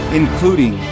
including